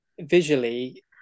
visually